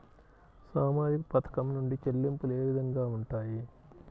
సామాజిక పథకం నుండి చెల్లింపులు ఏ విధంగా ఉంటాయి?